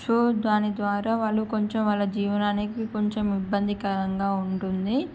so దాని ద్వారా వాళ్ళు కొంచెం వాళ్ళ జీవనానికి కొంచెం ఇబ్బందికరంగా ఉంటుంది